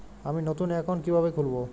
আমি নতুন অ্যাকাউন্ট কিভাবে খুলব?